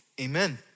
Amen